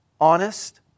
honest